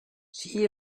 she